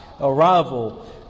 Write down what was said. arrival